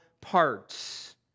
parts